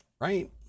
Right